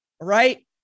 right